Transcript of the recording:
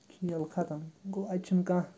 کھیل ختم گوٚو اَتہِ چھِنہٕ کانٛہہ